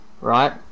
right